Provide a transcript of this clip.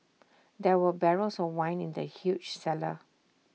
there were barrels of wine in the huge cellar